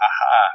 Aha